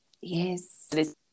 yes